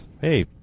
hey